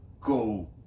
Go